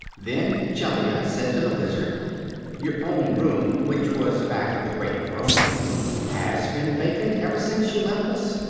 then jellia said to the wizard your own room which was back of the great throne room has been vacant ever since you left us.